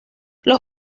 los